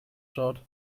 schaut